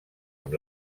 amb